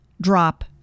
drop